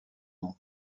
nom